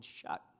shut